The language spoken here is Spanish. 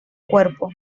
cuerpo